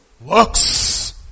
works